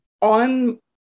on